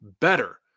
better